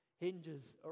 hinges